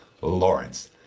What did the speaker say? Lawrence